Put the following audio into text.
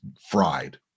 fried